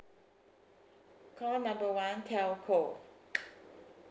call number one telco